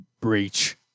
breach